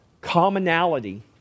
commonality